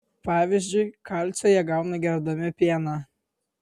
pavyzdžiui kalcio jie gauna gerdami pieną